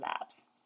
labs